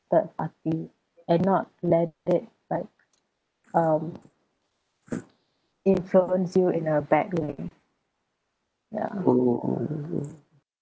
third party and not let it like um influence you in a bad way ya